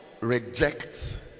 reject